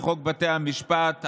לחוק בתי המשפט,